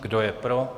Kdo je pro?